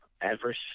adverse